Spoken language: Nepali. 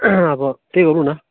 अब त्यही गरौँ न